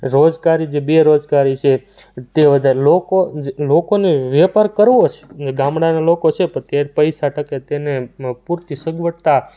રોજગારી જે બેરોજગારી છે તે બધા લોકો લોકોને વેપાર કરવો છે ને ગામડાનાં લોકો છે પણ તે પૈસા ટકે તેને પૂરતી સગવડતા